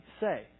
say